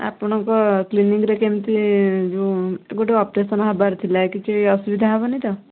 ଆପଣଙ୍କ କ୍ଲିନିକ୍ କେମିତି ଯୋଉ ଗୋଟେ ଅପରେସନ୍ ହେବାରଥିଲା କିଛି ଅସୁବିଧା ହେବନି ତ